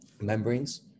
membranes